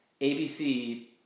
ABC